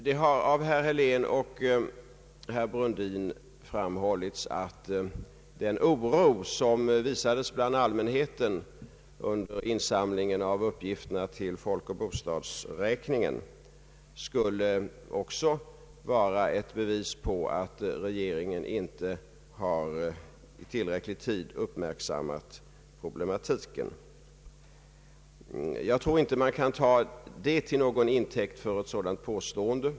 Det har av herr Helén och av herr Brundin framhållits, att den oro som allmänheten visade under insamlingen av uppgifter till folkoch bostadsräkningen också skulle vara ett bevis på att regeringen inte har i tid uppmärksammat problematiken. Jag tror inte man kan ta det till intäkt för ett sådant påstående.